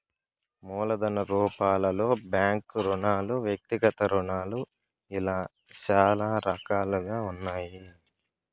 మూలధన రూపాలలో బ్యాంకు రుణాలు వ్యక్తిగత రుణాలు ఇలా చాలా రకాలుగా ఉన్నాయి